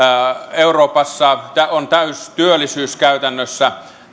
euroopassa on täystyöllisyys käytännössä